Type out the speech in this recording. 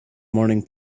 morning